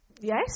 Yes